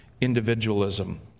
individualism